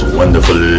wonderful